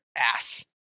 ass